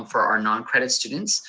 um for our non-credit students,